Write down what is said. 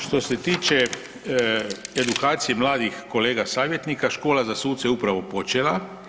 Što se tiče edukacije mladih kolega savjetnika Škola za suce je upravo počela.